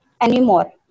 anymore